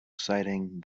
exciting